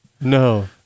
No